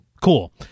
Cool